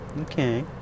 okay